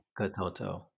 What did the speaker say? Katoto